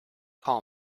call